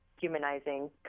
humanizing